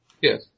Yes